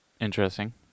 interesting